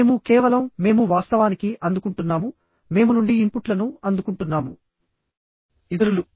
మేము కేవలం మేము వాస్తవానికి అందుకుంటున్నాము మేము నుండి ఇన్పుట్లను అందుకుంటున్నాము ఇతరులు